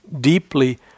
deeply